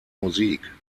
musik